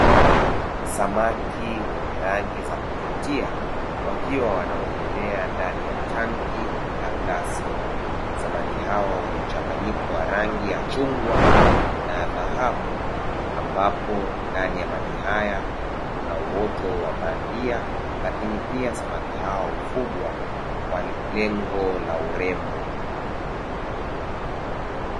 Samaki wenye rangi za kuvutia wakiwa wanaogelea ndani ya tanki la glasi, samaki hawa wenye mchanganyiko wa rangi ya chungwa na dhahabu, ambapo ndani ya maji haya kuna uoto wa bandia lakini pia samaki hawa hufugwa kwa lengo la urembo.